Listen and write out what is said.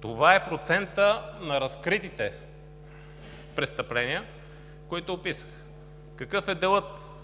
Това е процентът на разкритите престъпления, които описах. Какъв е делът